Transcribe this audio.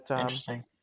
interesting